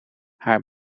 haar